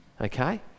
okay